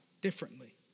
differently